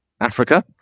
Africa